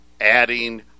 adding